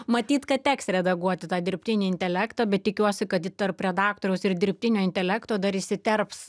matyt kad teks redaguoti tą dirbtinį intelektą bet tikiuosi kad į tarp redaktoriaus ir dirbtinio intelekto dar įsiterps